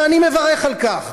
ואני מברך על כך,